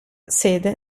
sede